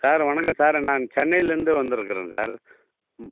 sir வணக்கம் sir நான் சென்னையிலேந்து வந்துருக்கிறேன் சார் ம்